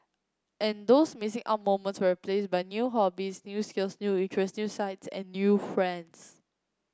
and those missing out moments were placed by new hobbies new skills new interests new sights and new friends